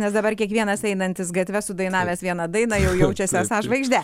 nes dabar kiekvienas einantis gatve sudainavęs vieną dainą jau jaučiasi esąs žvaigžde